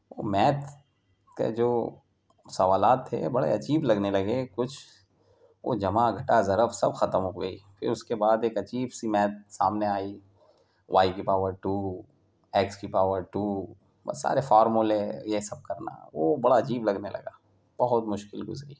math کے جو سوالات تھے بڑے عجیب لگنے لگے کچھ وہ جمع گھٹا ضرب سب ختم ہو گئی پھر اس کے بعد ایک عجیب سی میتھ سامنے آئی وائی کی پاور ٹو ایکس کی پاور ٹو بس سارے فارمولے یہ سب کرنا وہ بڑا عجیب لگنے لگا بہت مشکل گزری